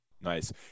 Nice